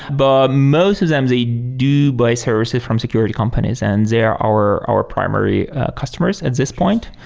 but most of them, they do buy services from security companies and they're our our primary customers at this point,